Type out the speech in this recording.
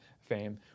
fame